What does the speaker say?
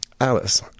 Alice